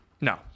No